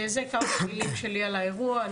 זה כמה מילים שלי על האירוע.